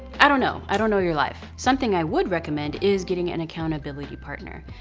i don't know. i don't know your life. something i would recommend is getting an accountability partner.